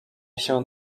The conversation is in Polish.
się